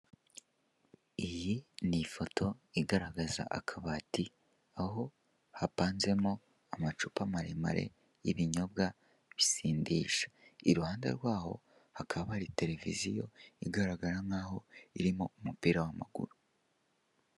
Iyi ni ifoto iigaragaza akabati aho hapanzemoamacupa maremare, y'ibinyobwa bisindisha iruhande rwaho hakaba hari tereviziyo, igaragara nk'aho irimo umupira w'amaguru.